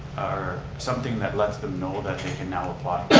or something that lets them know that you can now apply.